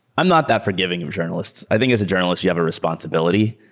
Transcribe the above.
i'm not that forgiving of journalists. i think as a journalist, you have a responsibility,